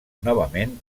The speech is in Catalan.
novament